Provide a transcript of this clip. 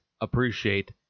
appreciate